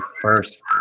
first